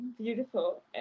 beautiful